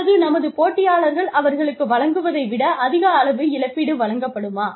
அல்லது நமது போட்டியாளர்கள் அவர்களுக்கு வழங்குவதை விட அதிக அளவு இழப்பீடு வழங்கப்படுமா